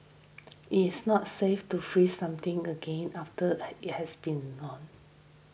it is not safe to freeze something again after it has been thawed